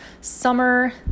summer